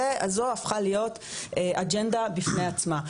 זו הפכה להיות אג'נדה בפני עצמה,